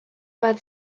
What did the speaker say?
bat